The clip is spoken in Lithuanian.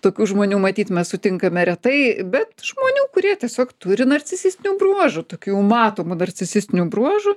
tokių žmonių matyt mes sutinkame retai bet žmonių kurie tiesiog turi narcisistinių bruožų tokių matomų narcisistinių bruožų